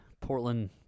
Portland